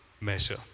measure